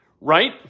Right